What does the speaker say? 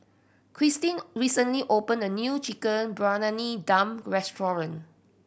Christeen recently opened a new Chicken Briyani Dum restaurant